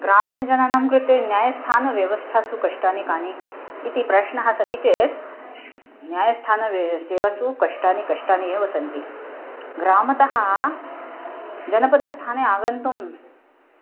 ग्रामीणजनानां कृते न्यायस्थानव्यवस्थासु कष्टानि कानि इति प्रश्नः सन्ति चेत् न्यायस्थाने वे सेवासु कष्टानि कष्टानि एव सन्ति ग्रामतः जनपदस्थाने आगन्तुं